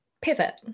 pivot